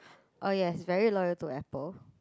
oh yes he is very loyal to Apple